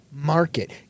market